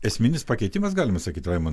esminis pakeitimas galima sakyt raimundai